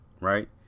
right